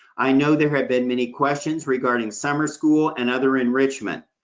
i know there have been many questions regarding summer school and other enrichment.